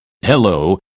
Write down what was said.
Hello